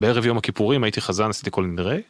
בערב יום הכיפורים הייתי חזן, עשיתי כל נדרי.